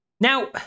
Now